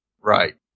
right